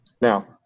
Now